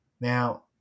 Now